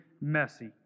messy